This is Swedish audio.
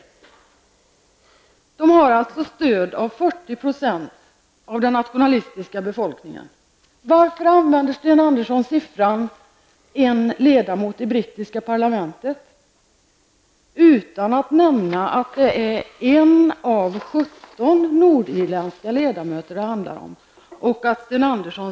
Organisationen har alltså stöd av 40 % av den nationalistiska befolkningen. Varför använder Sten Andersson siffran 1 ledamot i brittiska parlamentet utan att nämna att det är 1 av 17 nordirländska ledamöter det handlar om?